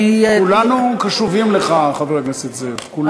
כולנו קשובים לך, חבר הכנסת זאב, כולנו.